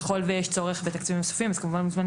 ככה שיש צורך בעוד תקציבים אנחנו מזמינים